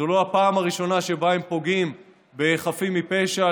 זו לא הפעם הראשונה שבה הם פוגעים בחפים מפשע.